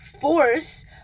force